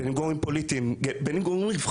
בין אם אלה גורמים פוליטיים ובין אם אלה גורמים רווחתיים,